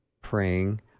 praying